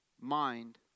mind